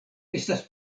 estas